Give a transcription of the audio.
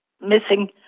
missing